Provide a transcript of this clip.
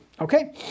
okay